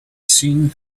seen